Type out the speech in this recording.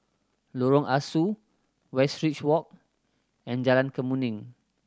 Lorong Ah Soo Westridge Walk and Jalan Kemuning